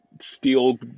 steel